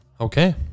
Okay